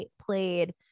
played